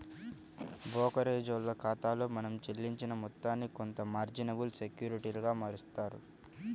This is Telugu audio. బోకరేజోల్ల ఖాతాలో మనం చెల్లించిన మొత్తాన్ని కొంత మార్జినబుల్ సెక్యూరిటీలుగా మారుత్తారు